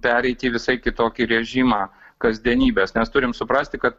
pereiti į visai kitokį režimą kasdienybės nes turim suprasti kad